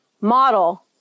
model